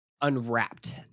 unwrapped